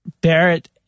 Barrett